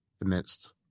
amidst